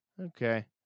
Okay